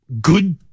good